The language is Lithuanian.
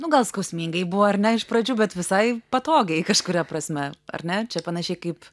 nu gal skausmingai buvo ar ne pradžių bet visai patogiai kažkuria prasme ar ne čia panašiai kaip